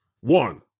One